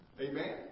Amen